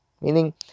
meaning